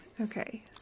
okay